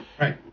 Right